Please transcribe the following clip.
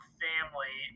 family